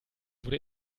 wurde